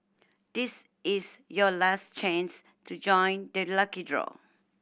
this is your last chance to join the lucky draw